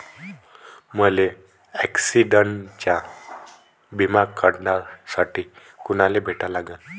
मले ॲक्सिडंटचा बिमा काढासाठी कुनाले भेटा लागन?